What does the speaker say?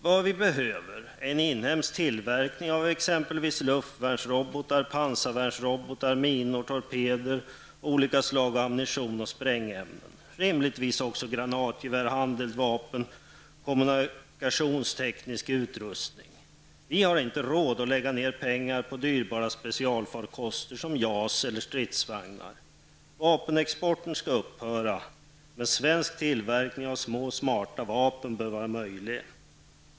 Vad vi behöver är en inhemsk tillverkning av exempelvis luftvärnsrobotar, pansarvärnsrobotar, minor, torpeder, olika slag av ammunition och sprängämnen. Det gäller rimligtvis också granatgevär, handeldvapen och kommunikationsteknisk utrustning. Vi har inte råd att lägga ned pengar på dyrbara specialfarkoster som JAS eller stridsvagnar. Vapenexporten skall upphöra, men svensk tillverkning av små smarta vapen bör vara möjlig.